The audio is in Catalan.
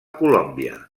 colòmbia